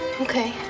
Okay